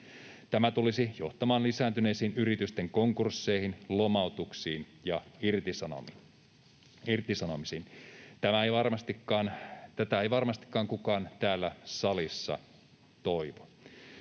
Tämä tulisi johtamaan lisääntyneisiin yritysten konkursseihin, lomautuksiin ja irtisanomisiin. Tätä ei varmastikaan kukaan täällä salissa toivo.